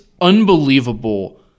unbelievable